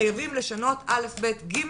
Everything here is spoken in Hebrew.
חייבים לשנות א', ב', ג',